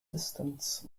distance